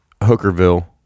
Hookerville